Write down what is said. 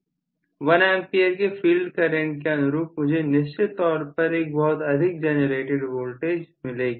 1A के field current के अनुरूप मुझे निश्चित तौर पर एक बहुत अधिक जेनरेटेड वोल्टेज मिलेगी